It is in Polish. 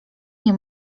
nie